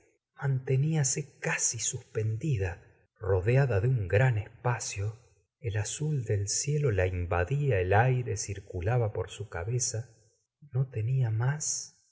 que cabecea manteniase casi suspendida rodeada de un gran espacio el azul del cielo la invadía el aire circulaba por su cabeza no tenia más